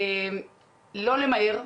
לא למהר,